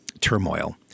turmoil